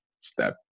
step